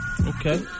Okay